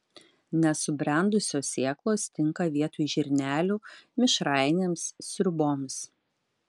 nesubrendusios sėklos tinka vietoj žirnelių mišrainėms sriuboms